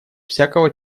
всякого